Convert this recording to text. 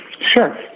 Sure